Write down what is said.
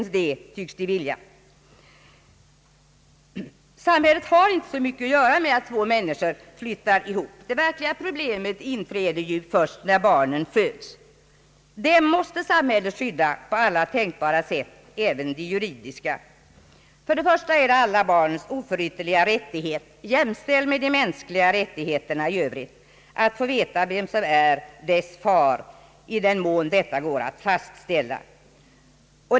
Samhället har inte så mycket att göra med att två människor flyttar ihop. Det verkliga problemet inträder ju först när barnen föds. Dem måste samhället skydda på alla tänkbara sätt, även juridiskt. Det är alla barns oförytterliga rättighet, jämställd med de mänskliga rättigheterna i övrigt, att få veta vem som är dess far, i den mån detta går att fastställa.